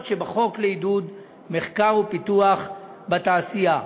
שבחוק לעידוד מחקר ופיתוח בתעשייה.